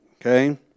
Okay